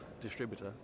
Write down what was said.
distributor